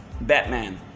Batman